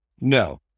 No